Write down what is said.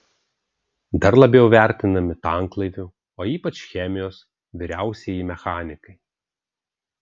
dar labiau vertinami tanklaivių o ypač chemijos vyriausieji mechanikai